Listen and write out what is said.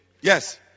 Yes